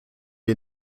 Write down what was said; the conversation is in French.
est